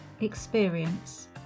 experience